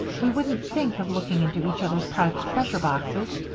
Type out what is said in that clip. we wouldn't think of looking into each other's private treasure boxes.